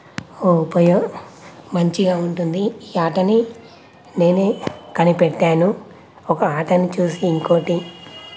ఉపయోగం మంచిగా ఉంటుంది ఈ ఆటని నేనే కనిపెట్టాను ఒక ఆటను చూసి ఇంకొకటి